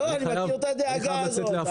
אני מכיר את הדאגה הזאת.